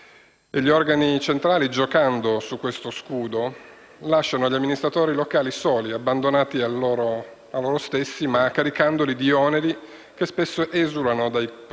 E gli organi centrali, giocando su questo scudo, lasciano gli amministratori locali soli, abbandonati a loro stessi, caricandoli di oneri che spesso esulano dai compiti